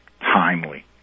timely